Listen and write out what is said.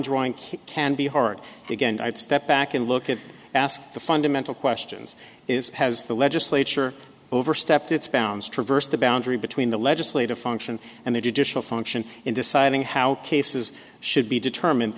drawing can be hard again i step back and look at ask the fundamental questions is has the legislature overstepped its bounds traverse the boundary between the legislative function and the judicial function in deciding how cases should be determined